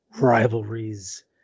rivalries